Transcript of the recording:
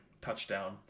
touchdown